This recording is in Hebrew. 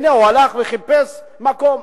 הנה, הוא הלך וחיפש מקום.